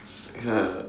ya